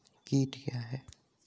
कीट क्या है?